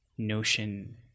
notion